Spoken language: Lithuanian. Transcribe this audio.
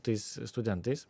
tais studentais